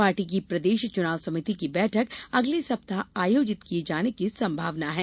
party की प्रदेश चुनाव समिति की बैठक अगले सप्ताह आयोजित किये जाने की संभावना है